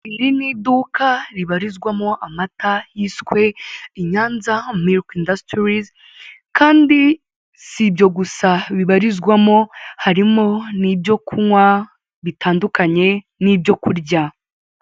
Iri ni iduka ribarizwamo amata yiswe i nyanza mirike indastirizi kandi si ibyo gusa bibarizwamo harimo n'ibyo kunywa bitandukanye n'ibyo kurya.